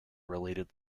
related